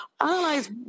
analyze